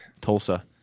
Tulsa